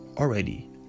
Already